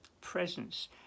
presence